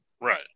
Right